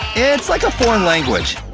it's like a foreign language,